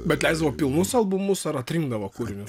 bet leisdavo pilnus albumus ar atrinkdavo kūrinius